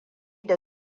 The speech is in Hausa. da